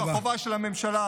זו החובה של הממשלה.